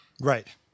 Right